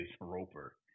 Roper